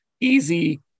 easy